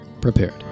prepared